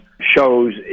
shows